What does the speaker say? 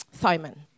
Simon